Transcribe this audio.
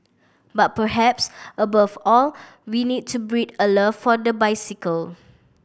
but perhaps above all we need to breed a love for the bicycle